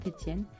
étienne